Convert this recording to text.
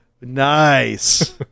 nice